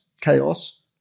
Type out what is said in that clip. chaos